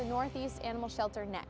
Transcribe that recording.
the northeast animal shelter ne